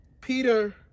Peter